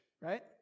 right